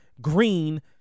Green